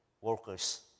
workers